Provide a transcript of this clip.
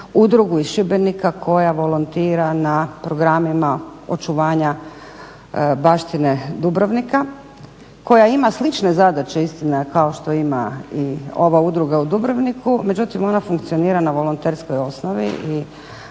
udrugu iz Šibenika koja volontira na programima očuvanja baštine Dubrovnika, koja ima slične zadaće istina je kao što ima i ova udruga u Dubrovniku, međutim ona funkcionira na volonterskoj osnovi